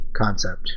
concept